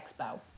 Expo